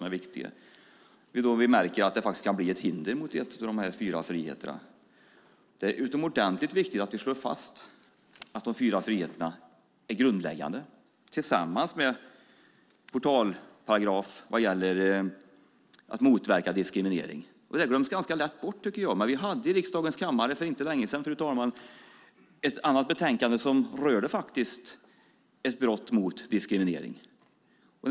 Där kan vi märka att det blir ett hinder mot en av de fyra friheterna. Det är utomordentligt viktigt att vi slår fast att de fyra friheterna är grundläggande tillsammans med portalparagrafen om att motverka diskriminering. Det glöms lätt bort. Vi hade inte för så länge sedan uppe i riksdagens kammare, fru talman, ett annat betänkande som rörde ett diskrimineringsbrott.